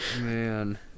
Man